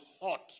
hot